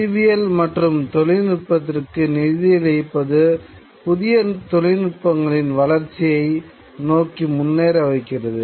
அறிவியல் மற்றும் தொழில்நுட்பத்திற்கு நிதியளிப்பது புதிய தொழில்நுட்பங்களின் வளர்ச்சியை நோக்கி முன்னேற வைக்கிறது